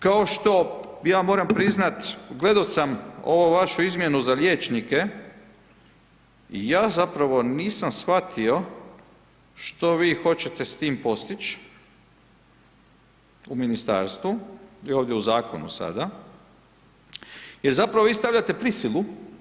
Kao što, ja moram priznati gledao sam ovu vašu izmjenu za liječnike i ja zapravo nisam shvatio što vi hoćete s time postići u ministarstvu i ovdje u zakonu sada jer zapravo vi stavljate prisilu.